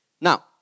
Now